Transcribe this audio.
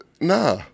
Nah